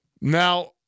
Now